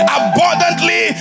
abundantly